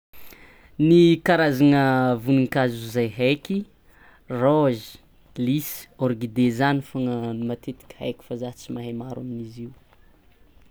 Ny karazana voninkazo ze heky: raozy, lys, ôrkide zany fogna ny matetiky heky fa zah tsy mahay maro amin'izy io.